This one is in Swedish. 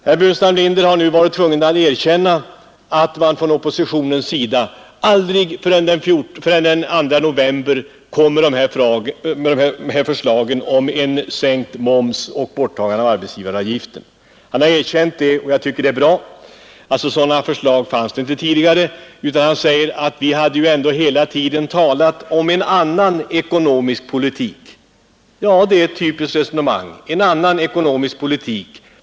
Herr Burenstam Linder har nu varit tvungen att erkänna att man från oppositionens sida aldrig förrän den 2 november kom med ett gemensamt förslag om sänkt moms och borttagande av arbetsgivaravgiften. Han har erkänt det, och jag tycker att det är bra. Sådana förslag fanns inte tidigare, utan vad han säger är ”att man hela tiden hade talat om en annan ekonomisk politik”. Det är ett typiskt resonemang. En annan ekonomisk politik!